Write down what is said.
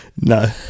No